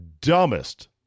Dumbest